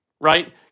right